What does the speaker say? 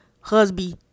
husband